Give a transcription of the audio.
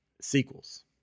Sequels